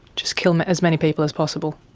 just kill as many people as possible?